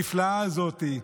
הנפלאה הזאת,